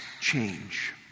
change